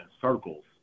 circles